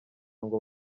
ngo